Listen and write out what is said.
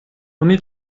oni